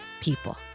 people